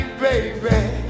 baby